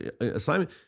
assignment